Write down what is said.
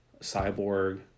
Cyborg